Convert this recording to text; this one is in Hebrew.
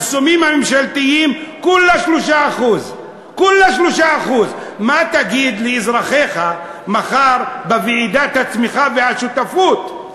כולה 3%. מה תגיד לאזרחיך מחר בוועידת "שותפות וצמיחה",